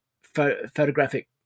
photographic